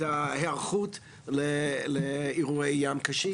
ואנחנו חייבים את ההיערכות לאירועי ים קשים.